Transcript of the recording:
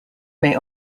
may